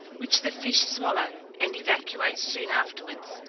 which the fish swallow, and evacuate soon afterwards,